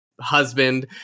husband